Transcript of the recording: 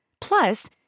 Plus